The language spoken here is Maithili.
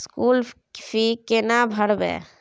स्कूल फी केना भरबै?